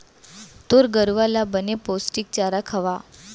तोर गरूवा ल बने पोस्टिक चारा खवा